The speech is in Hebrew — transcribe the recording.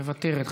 מוותרת,